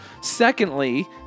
Secondly